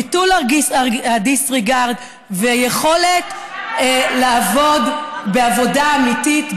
ביטול ה-disregard ויכולת לעבוד בעבודה אמיתית,